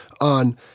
on